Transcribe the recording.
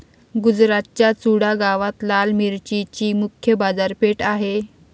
गुजरातच्या चुडा गावात लाल मिरचीची मुख्य बाजारपेठ आहे